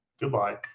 Goodbye